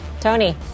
Tony